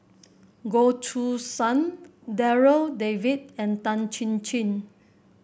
Goh Choo San Darryl David and Tan Chin Chin